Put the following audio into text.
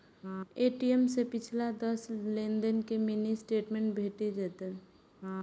ATM सं पिछला दस लेनदेन के मिनी स्टेटमेंट भेटि जायत